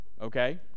okay